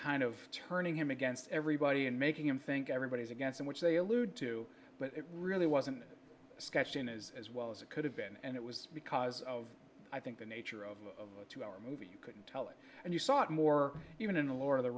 kind of turning him against everybody and making him think everybody's against him which they allude to but it really wasn't discussed in as as well as it could have been and it was because of i think the nature of a two hour movie you couldn't tell it and you saw it more even in the lord of the